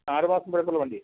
ആറുമാസം പഴക്കമുള്ള വണ്ടി